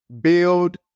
build